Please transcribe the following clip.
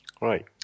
right